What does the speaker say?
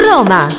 Roma